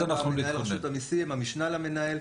--- המשנה למנהל.